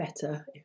better